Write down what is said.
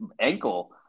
ankle